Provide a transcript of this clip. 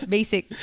Basic